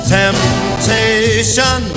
temptation